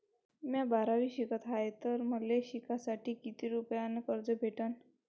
म्या बारावीत शिकत हाय तर मले शिकासाठी किती रुपयान कर्ज भेटन?